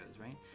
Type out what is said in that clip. right